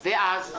ואז,